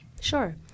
Sure